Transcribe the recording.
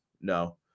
no